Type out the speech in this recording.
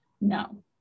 No